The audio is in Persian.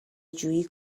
جویی